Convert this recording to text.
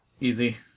Easy